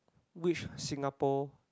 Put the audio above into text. which Singapore